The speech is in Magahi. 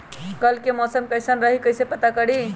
कल के मौसम कैसन रही कई से पता करी?